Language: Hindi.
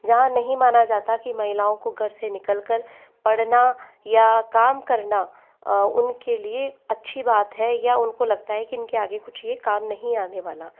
जहाँ नहीं माना जाता कि महिलाओं को घर से निकलकर पढ़ना या काम करना उनके लिए अच्छी बात है या उनको लगता है कि इनके आगे कुछ यह काम नहीं आने वाला